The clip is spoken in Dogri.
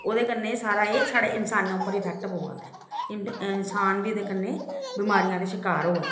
ते ओह्दे कन्नै सारा एह् साढ़े इंसाने उप्पर इफैक्ट पवा दा इंसान बी एह्दे कन्नै बिमारयें दे शकार होआ दे न